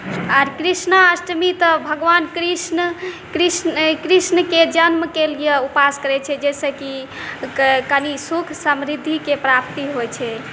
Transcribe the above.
आओर कृष्णाष्टमी तऽ भगवान कृष्ण कृष्ण कृष्णके जन्मकेलिए उपास करै छै जाहिसँकि कनि सुख समृद्धिके प्राप्ति होइ छै